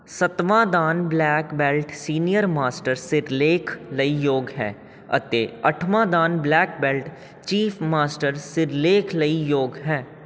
ਸੱਤਵਾਂ dan black belt senior master ਸਿਰਲੇਖ ਲਈ ਯੋਗ ਹੈ ਅਤੇ ਅੱਠਵਾਂ dan black belt chief master ਸਿਰਲੇਖ ਲਈ ਯੋਗ ਹੈ